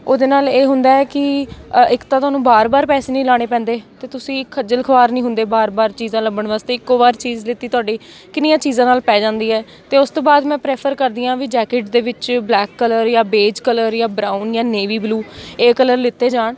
ਉਹਦੇ ਨਾਲ ਇਹ ਹੁੰਦਾ ਹੈ ਕਿ ਇੱਕ ਤਾਂ ਤੁਹਾਨੂੰ ਵਾਰ ਵਾਰ ਪੈਸੇ ਨਹੀਂ ਲਾਉਣੇ ਪੈਂਦੇ ਅਤੇ ਤੁਸੀਂ ਖੱਜਲ ਖੁਆਰ ਨਹੀਂ ਹੁੰਦੇ ਵਾਰ ਵਾਰ ਚੀਜ਼ਾਂ ਲੱਭਣ ਵਾਸਤੇ ਇੱਕੋ ਵਾਰ ਚੀਜ਼ ਲੀਤੀ ਤੁਹਾਡੀ ਕਿੰਨੀਆਂ ਚੀਜ਼ਾਂ ਨਾਲ ਪੈ ਜਾਂਦੀ ਹੈ ਅਤੇ ਉਸ ਤੋਂ ਬਾਅਦ ਮੈਂ ਪ੍ਰੈਫਰ ਕਰਦੀ ਹਾਂ ਵੀ ਜੈਕਿਟਡ ਦੇ ਵਿੱਚ ਬਲੈਕ ਕਲਰ ਜਾਂ ਬੇੲਚ ਕਲਰ ਜਾਂ ਬਰਾਊਨ ਜਾਂ ਨੇਵੀ ਬਲੂ ਇਹ ਕਲਰ ਲਿੱਤੇ ਜਾਣ